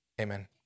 amen